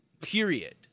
period